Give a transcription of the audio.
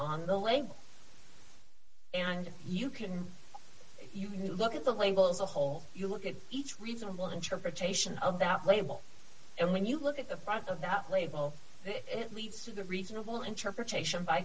on the length and you can you look at the label as a whole you look at each reasonable interpretation of that label and when you look at the front of that label it leads to the reasonable interpretation by